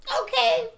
okay